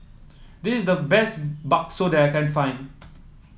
this the best bakso that I can find